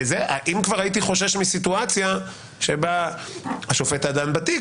אם כבר הייתי חושש מסיטואציה שבה השופט הדן בתיק,